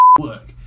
work